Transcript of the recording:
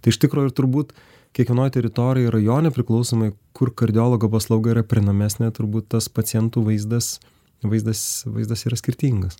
tai iš tikro ir turbūt kiekvienoj teritorijoj rajone priklausomai kur kardiologo paslauga yra prieinamesnė turbūt tas pacientų vaizdas vaizdas vaizdas yra skirtingas